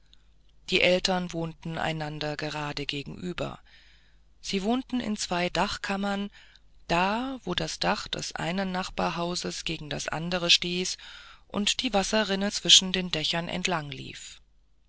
die eltern wohnten einander gerade gegenüber sie wohnten in zwei dachkammern da wo das dach des einen nachbarhauses gegen das andere stieß und die wasserrinne zwischen den dächern entlang lief